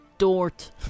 Dort